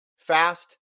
Fast